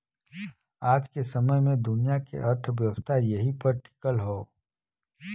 आज के समय मे दुनिया के अर्थव्यवस्था एही पर टीकल हौ